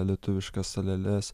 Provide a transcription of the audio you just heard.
lietuviškas saleles